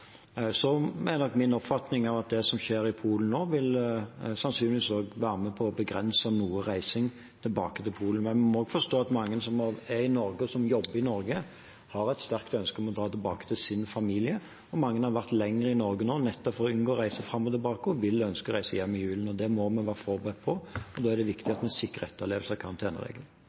Så er nok min oppfatning at det som skjer i Polen nå, sannsynligvis også vil være med på å begrense noe reising tilbake til Polen. Men vi må også forstå at mange som er i Norge, og som jobber i Norge, har et sterkt ønske om å dra tilbake til sin familie. Mange har vært lenge i Norge nå, nettopp for å unngå å reise fram og tilbake, og vil ønske å reise hjem i julen – og det må vi være forberedt på. Da er det viktig at